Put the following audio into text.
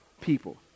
people